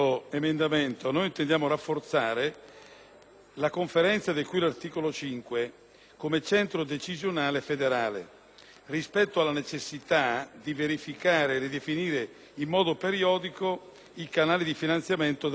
rispetto alla necessità di verificare e ridefinire, in modo periodico, i canali di finanziamento della perequazione e il meccanismo di calcolo del fabbisogno standard per i livelli essenziali di prestazione.